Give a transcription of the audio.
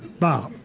bach.